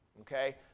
Okay